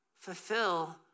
Fulfill